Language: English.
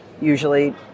usually